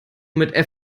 mit